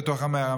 בתוך המערה,